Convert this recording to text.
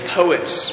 poets